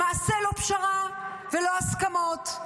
למעשה, לא פשרה ולא הסכמות.